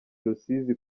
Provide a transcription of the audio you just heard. rusizi